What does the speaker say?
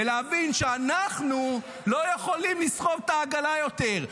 ולהבין שאנחנו לא יכולים לסחוב את העגלה יותר,